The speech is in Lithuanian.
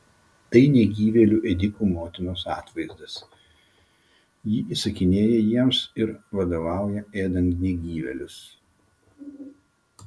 tai negyvėlių ėdikų motinos atvaizdas ji įsakinėja jiems ir vadovauja ėdant negyvėlius